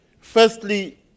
Firstly